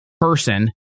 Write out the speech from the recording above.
person